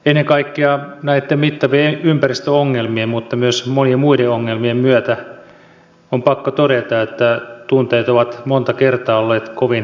ennen kaikkea näitten mittavien ympäristöongelmien mutta myös monien muiden ongelmien myötä on pakko todeta että tunteet ovat monta kertaa olleet kovin ristiriitaiset